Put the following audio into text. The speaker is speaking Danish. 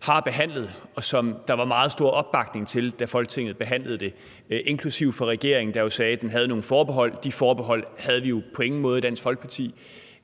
har behandlet, og som der var meget stor opbakning til, da Folketinget behandlede det, inklusive fra regeringen, der jo sagde, den havde nogle forbehold. De forbehold havde vi jo på ingen måde i Dansk Folkeparti.